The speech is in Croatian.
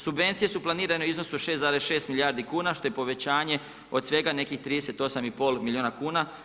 Subvencije su planirane u iznosu 6,6 milijardi kuna što je povećanje od svega nekih 38,5 milijuna kuna.